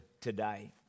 today